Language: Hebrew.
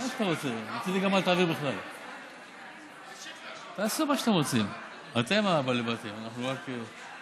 התשע"ח 2018. מטרתה של הצעת החוק היא להגביר את יכולתה